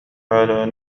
على